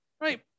Right